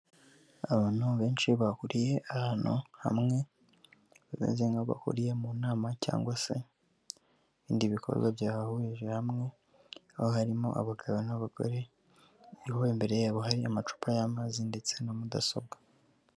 Abantu benshi bahuriye ahantu hamwe, bameze nk'abahuriye mu nama cyangwa se ibindi bikorwa byabahuje hamwe, aho harimo abagabo n'abagore hariho imbere yabo hari amacupa y'amazi ndetse na mudasobwa.